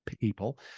people